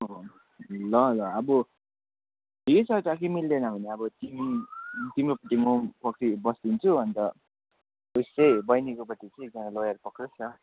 अँ ल ल अब ठिकै छ काहीँ केही मिल्दैन भने अब तिमी तिम्रो तिम्रोपट्टि म बस्दिन्छु अन्त उस चाहिँ बहिनीकोपट्टि चाहिँ एकजना लयर पक्रिओस् न